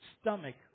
stomach